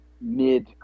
mid